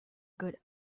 good